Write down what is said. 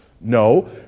No